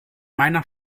meiner